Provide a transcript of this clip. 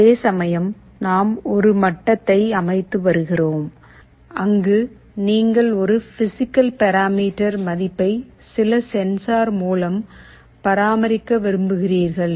அதே சமயம் நாம் ஒரு மட்டத்தை அமைத்து வருகிறோம் அங்கு நீங்கள் ஒரு பிஸிக்கல் பரமேட்டர் மதிப்பை சில சென்சார் மூலம் பராமரிக்க விரும்புகிறீர்கள்